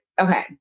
okay